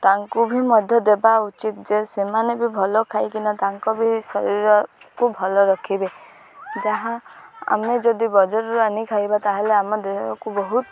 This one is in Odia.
ତାଙ୍କୁ ବି ମଧ୍ୟ ଦେବା ଉଚିତ୍ ଯେ ସେମାନେ ବି ଭଲ ଖାଇକିନା ତାଙ୍କ ବି ଶରୀରକୁ ଭଲ ରଖିବେ ଯାହା ଆମେ ଯଦି ବଜାରରୁ ଆଣି ଖାଇବା ତାହେଲେ ଆମ ଦେହକୁ ବହୁତ